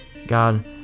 God